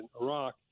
Iraq